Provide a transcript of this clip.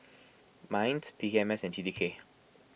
Minds P K M S and T T K